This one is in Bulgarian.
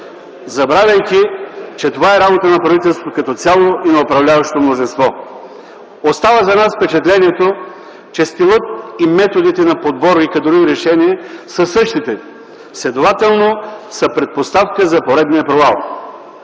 забравяйки, че това е работа на правителството като цяло и на управляващото мнозинство. За нас остава впечатлението, че стилът и методите на подбор и кадрови решения са същите, следователно са предпоставка за поредния провал.